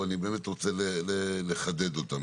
אבל אני באמת רוצה לחדד אותם.